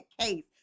case